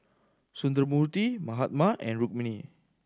Sundramoorthy Mahatma and Rukmini